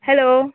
hello